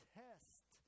test